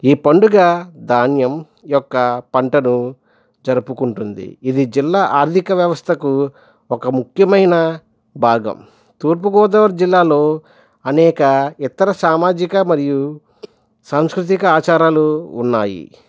ఈ పండుగ ధాన్యం యొక్క పంటను జరుపుకుంటుంది ఇది జిల్లా ఆర్థిక వ్యవస్థకు ఒక ముఖ్యమైన భాగం తూర్పుగోదావరి జిల్లాలో అనేక ఇతర సామాజిక మరియు సాంస్కృతిక ఆచారాలు ఉన్నాయి